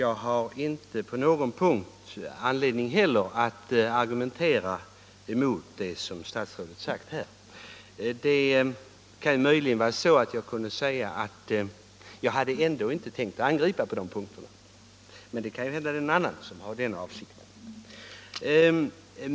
Jag har inte heller på några punkter anledning att argumentera mot det som statsrådet sagt här. Jag hade alltså inte tänkt göra något angrepp på dessa punkter, men det kan ju hända att någon annan har den avsikten.